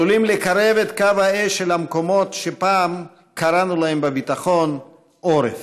עלולים לקרב את קו האש אל המקומות שפעם קראנו להם בביטחון: עורף.